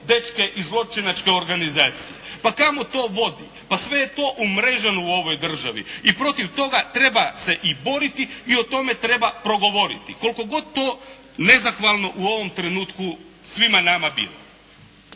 dečke iz zločinačke organizacije. Pa kamo to vodi? Pa sve je to umreženo u ovoj državi, i protiv toga treba se i boriti i o tome treba progovoriti. Koliko god to nezahvalno u ovom trenutku svima nama bilo.